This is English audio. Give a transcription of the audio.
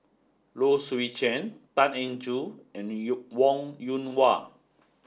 low Swee Chen Tan Eng Joo and Yo Wong Yoon Wah